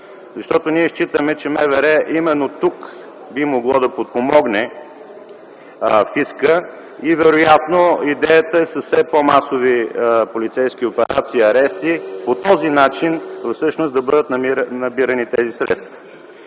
Защото ние считаме, че МВР именно тук би могло да подпомогне фиска и вероятно идеята е с все по масови полицейски операции, арести по този начин всъщност да бъдат набирани тези средства.